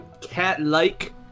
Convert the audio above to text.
cat-like